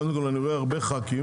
קודם כל אני רואה הרבה ח"כים,